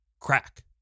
crack